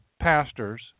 pastors